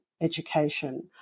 education